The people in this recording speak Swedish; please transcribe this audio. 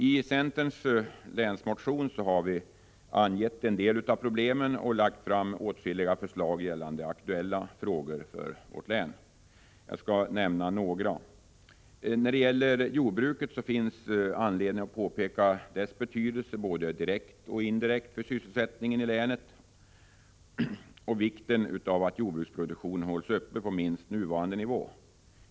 I centerns länsmotion har vi angett en del av problemen och lagt fram åtskilliga förslag gällande aktuella frågor för vårt län. Jag skall nämna några. När det gäller jordbruket finns anledning påpeka dess betydelse både direkt och indirekt för sysselsättningen i länet och vikten av att jordbruksproduktionen hålls uppe på minst nuvarande nivå.